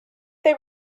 they